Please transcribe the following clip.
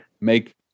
make